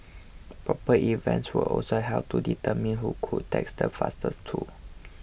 proper events were also held to determine who could text the fastest too